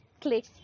click